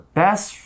best